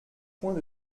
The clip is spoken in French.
points